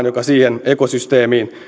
joka siihen ekosysteemiin